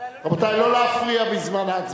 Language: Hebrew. שירותי תעופה (פיצוי